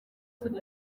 nk’uko